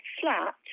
flat